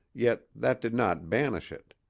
yet that did not banish it.